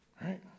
Right